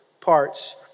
parts